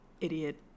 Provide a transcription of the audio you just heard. Idiot